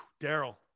Daryl